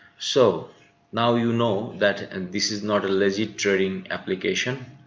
so now you know that and this is not a legit trading application.